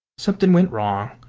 something went wrong.